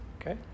Okay